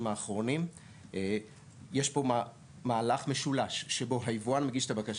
האחרונים יש פה מהלך משולש שבו היבואן מגיש את הבקשה,